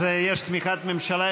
אז יש תמיכת ממשלה.